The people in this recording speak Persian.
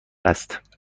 است